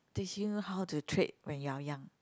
teach you how to trek when you are young